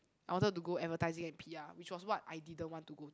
I wanted to go advertising and p_r which was what I didn't want to go